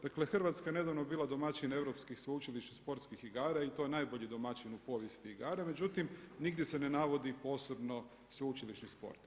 Dakle Hrvatska je nedavno bila domaćin Europskih sveučilišnih sportskih igra i to najbolji domaćin u povijesti igara, međutim nigdje se ne navodi posebno sveučilišni sport.